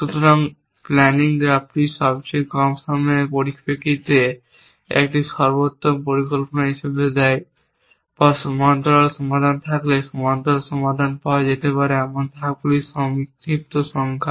সুতরাং প্ল্যানিং গ্রাফটি সবচেয়ে কম সময়ের পরিপ্রেক্ষিতে একটি সর্বোত্তম পরিকল্পনা হিসাবে দেয় বা সমান্তরাল সমাধান থাকলে সমান্তরাল সমাধান পাওয়া যেতে পারে এমন ধাপগুলির সংক্ষিপ্ত সংখ্যা